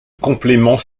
complément